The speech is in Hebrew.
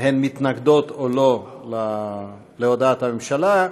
הן מתנגדות או לא, להודעת הממשלה.